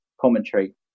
commentary